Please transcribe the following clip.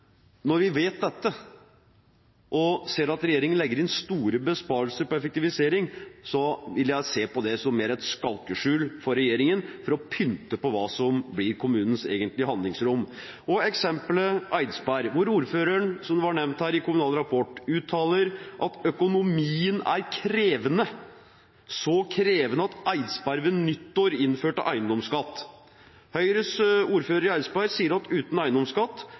regjeringen legger inn store besparelser på effektivisering, vil jeg se på det som mer et skalkeskjul for regjeringen for å pynte på hva som blir kommunenes egentlige handlingsrom. Ta eksempelet Eidsberg, hvor ordføreren, som det var nevnt her, i Kommunal Rapport uttaler at økonomien er krevende, så krevende at Eidsberg ved nyttår innførte eiendomsskatt. Høyres ordfører i Eidsberg sier at uten eiendomsskatt